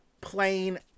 plain